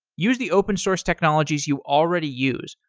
use the open source technologies you already use,